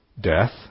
Death